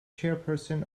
chairperson